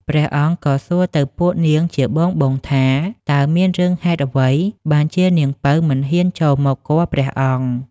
ព្រះអង្គក៏សួរទៅពួកនាងជាបងៗថា តើមានរឿងហេតុអ្វីបានជានាងពៅមិនហ៊ានចូលមកគាល់ព្រះអង្គ?